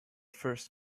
first